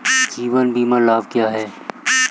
जीवन बीमा लाभ क्या हैं?